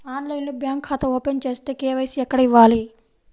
ఆన్లైన్లో బ్యాంకు ఖాతా ఓపెన్ చేస్తే, కే.వై.సి ఎక్కడ ఇవ్వాలి?